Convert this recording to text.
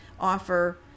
offer